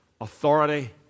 authority